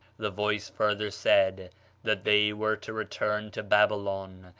the voice further said that they were to return to babylon,